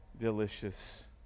delicious